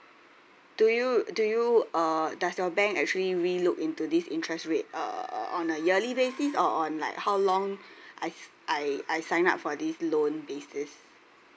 do you do you uh does your bank actually re-look into this interest rate uh uh on a yearly basis or on like how long I f~ I I sign up for this loan basis